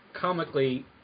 comically